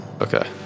Okay